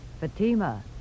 Fatima